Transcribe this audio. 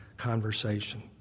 conversation